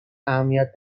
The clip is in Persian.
اهمیت